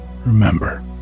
Remember